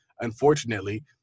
Unfortunately